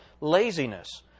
Laziness